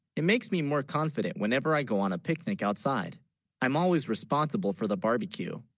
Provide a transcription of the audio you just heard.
it makes me more confident whenever i go on a picnic outside i'm always responsible for the barbecue